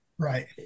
Right